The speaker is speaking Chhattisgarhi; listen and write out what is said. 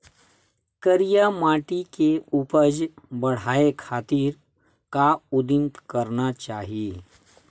करिया माटी के उपज बढ़ाये खातिर का उदिम करना चाही?